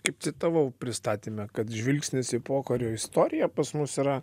kaip citavau pristatyme kad žvilgsnis į pokario istoriją pas mus yra